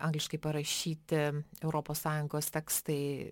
angliškai parašyti europos sąjungos tekstai